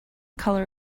color